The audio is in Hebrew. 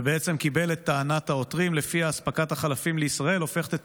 ובעצם קיבל את טענת העותרים שלפיה אספקת החלפים לישראל הופכת את